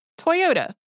Toyota